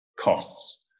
costs